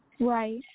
Right